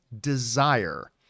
desire